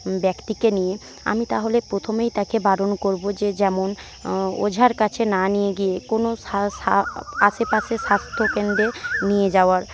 ব্যক্তিকে নিয়ে আমি তাহলে প্রথমেই তাকে বারণ করব যে যেমন ওঝার কাছে না নিয়ে গিয়ে কোন আশেপাশে স্বাস্থ্য কেন্দ্রে নিয়ে যাওয়ার